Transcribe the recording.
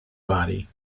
body